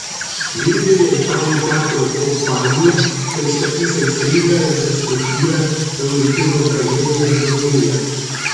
vilniuje italų teatro kompanija pristatys aistringą ir destruktyvią euripido tragediją medėja